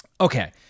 Okay